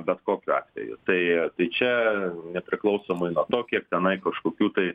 bet kokiu atveju tai čia nepriklausomai nuo to kiek tenai kažkokių tai